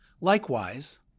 Likewise